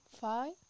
five